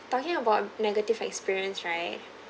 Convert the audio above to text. talking about negative experience right